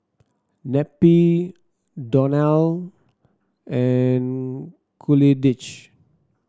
Neppie Donal and